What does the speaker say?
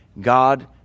God